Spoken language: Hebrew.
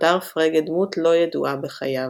נותר פרגה דמות לא ידועה בחייו.